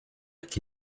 qui